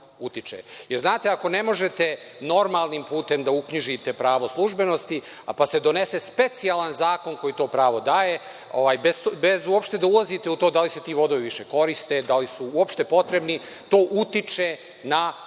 utiče. Znate, ako ne možete normalnim putem da uknjižite pravo službenosti, pa se donese specijalan zakon koji to pravo daje, bez uopšte da ulazite u to da li se ti vodovi više koriste, da li su uopšte potrebni, to utiče na vrednost